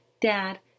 Dad